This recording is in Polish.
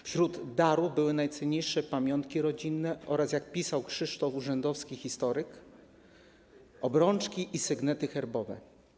Wśród darów były najcenniejsze pamiątki rodzinne oraz, jak pisał Krzysztof Urzędowski, historyk: obrączki i sygnety herbowe.